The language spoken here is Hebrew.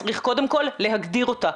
צריך קודם כל להגדיר אותה,